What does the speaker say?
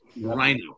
rhino